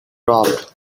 robbed